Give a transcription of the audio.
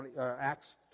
Acts